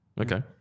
Okay